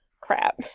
Crap